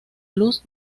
luz